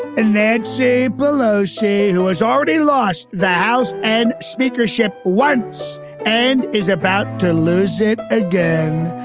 and nancy pelosi, who has already lost the house and speakership once and is about to lose it again,